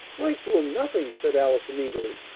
write to him nothing! said allison eagerly.